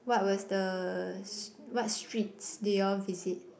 what was the what streets did you all visit